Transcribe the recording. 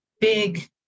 big